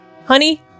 Honey